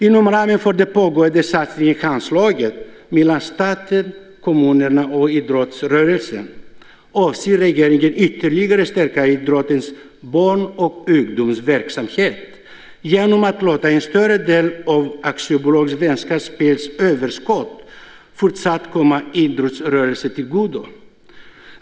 Inom ramen för den pågående satsningen Handslaget mellan staten, kommunerna och idrottsrörelsen avser regeringen ytterligare stärka idrottens barn och ungdomsverksamhet genom att låta en större del av Aktiebolaget Svenska Spels överskott fortsatt komma idrottsrörelsen till godo.